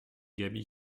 gaby